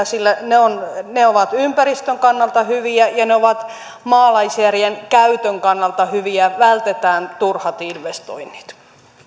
sillä ne ovat ne ovat ympäristön kannalta hyviä ja ne ovat maalaisjärjen käytön kannalta hyviä vältetään turhat investoinnit